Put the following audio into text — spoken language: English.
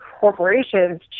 corporations